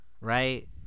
Right